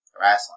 wrestling